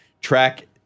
Track